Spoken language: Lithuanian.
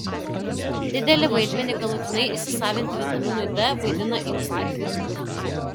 didelį vaidmenį galutinai įsisavinti vitaminui d vaidina inkstai